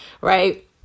right